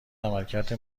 عملکرد